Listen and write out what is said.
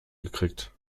gekriegt